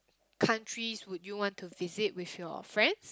countries would you want to visit with your friends